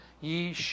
ye